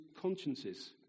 consciences